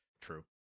true